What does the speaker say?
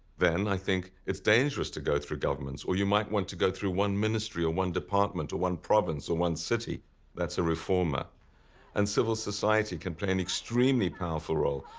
then i think it's dangerous to go through governments or you might want to go through one ministry or one department or one province or one city that's a reformer and civil society can play an extremely powerful role,